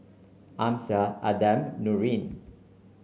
Amsyar Adam Nurin